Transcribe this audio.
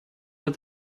let